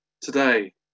today